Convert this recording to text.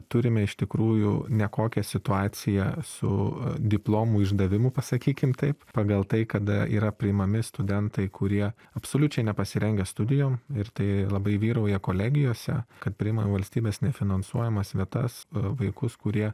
turime iš tikrųjų nekokią situaciją su diplomų išdavimu sakykim taip pagal tai kad yra priimami studentai kurie absoliučiai nepasirengę studijom ir tai labai vyrauja kolegijose kad priima į valstybės nefinansuojamas vietas e vaikus kurie